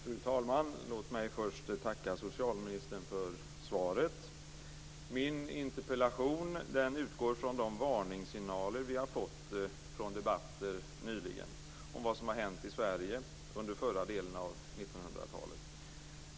Fru talman! Låt mig först tacka socialministern för svaret. Min interpellation utgår från de varningssignaler som vi har fått från debatter nyligen om vad som hänt i Sverige under förra delen av 1900-talet.